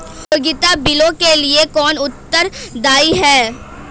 उपयोगिता बिलों के लिए कौन उत्तरदायी है?